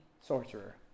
sorcerer